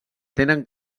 tenen